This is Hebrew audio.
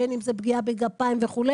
בין אם זה פגיעה בגפיים וכו',